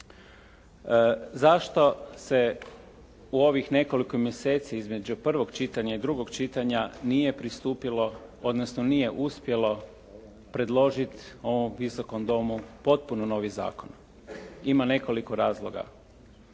Zašto se u ovih nekoliko mjeseci između prvog čitanja i drugog čitanja nije pristupilo, odnosno nije uspjelo predložiti ovom Visokom domu potpuno novi zakon? Ima nekoliko razloga.